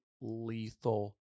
lethal